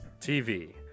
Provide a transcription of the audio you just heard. TV